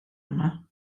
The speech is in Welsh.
yma